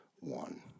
one